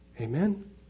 amen